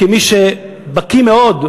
כמי שבקי מאוד,